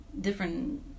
different